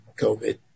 COVID